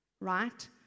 right